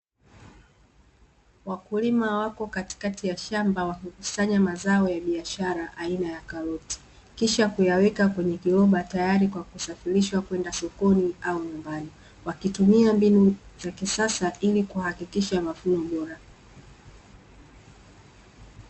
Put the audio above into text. Wakulima wapo katikati ya shamba wakikusanya mazao ya biashara aina ya karoti, kisha kuyaweka kwenye kiroba tayari kwa kusafirishwa kwenda sokoni au nyumbani, wakitumia mbinu za kisasa ili kuhakikisha mavuno bora.